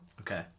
Okay